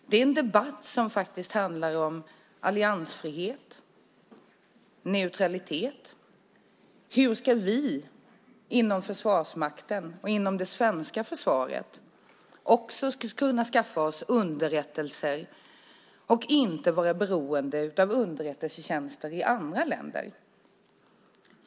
Det är en debatt som handlar om alliansfrihet, neutralitet, hur vi inom Försvarsmakten och inom det svenska försvaret ska kunna skaffa oss underrättelser och inte vara beroende av underrättelsetjänster i andra länder.